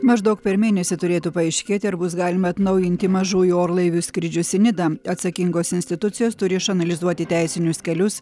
maždaug per mėnesį turėtų paaiškėti ar bus galima atnaujinti mažųjų orlaivių skrydžius į nidą atsakingos institucijos turi išanalizuoti teisinius kelius